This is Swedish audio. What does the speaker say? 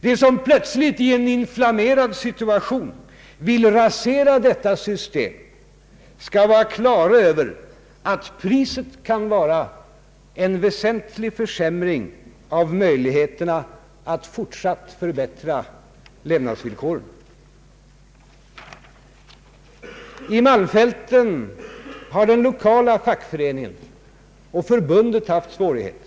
De som plötsligt i en inflammerad situation vill rasera detta system skall vara klara över att priset kan bli en väsentlig försämring av möjligheterna att fortsatt förbättra levnadsvillkoren. Vid malmfälten har den lokala fackföreningen och förbundet haft svårigheter.